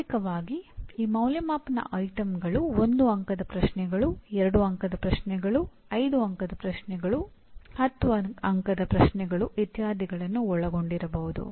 ತಾತ್ತ್ವಿಕವಾಗಿ ಈ ಅಂದಾಜುವಿಕೆ ವಿಷಯಗಳು 1 ಅಂಕದ ಪ್ರಶ್ನೆಗಳು 2 ಅಂಕದ ಪ್ರಶ್ನೆಗಳು 5 ಅಂಕದ ಪ್ರಶ್ನೆಗಳು 10 ಅಂಕದ ಪ್ರಶ್ನೆಗಳು ಇತ್ಯಾದಿಗಳನ್ನು ಒಳಗೊಂಡಿರಬಹುದು